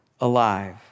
alive